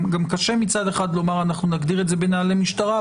גם קשה מצד אחד לומר: אנחנו נגדיר את זה בנהלי למשטרה,